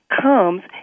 comes